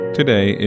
Today